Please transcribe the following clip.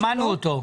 שמענו אותו.